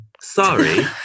sorry